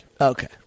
Okay